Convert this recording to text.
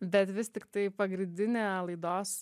bet vis tiktai pagrindinę laidos